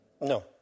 No